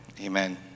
Amen